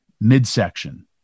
midsection